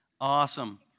Awesome